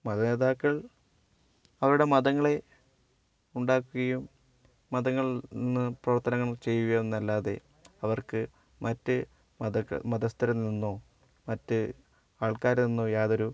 മത നേതാക്കൾ അവരുടെ മതങ്ങളെ ഉണ്ടാക്കുകയും മതങ്ങളിൽ നിന്ന് പ്രവർത്തനങ്ങൾ ചെയ്യുകയും എന്നല്ലാതെ അവർക്ക് മറ്റ് മതസ്ഥരിൽ നിന്നോ മറ്റ് ആൾക്കാരിൽ നിന്നോ യാതൊരു